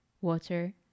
Water